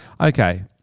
Okay